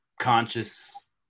conscious